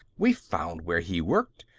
we found where he worked.